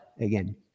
again